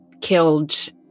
killed